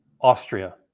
Austria